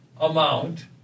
amount